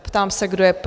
Ptám se, kdo je pro?